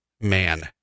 man